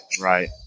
Right